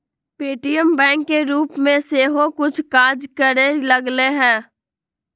Paytm bank के रूप में सेहो कुछ काज करे लगलै ह